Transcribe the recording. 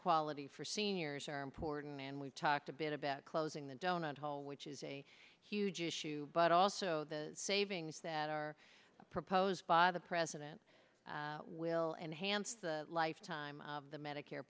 quality for seniors are important and we've talked a bit about closing the donut hole which is a huge issue but also the savings that are proposed by the president will enhance the lifetime of the medicare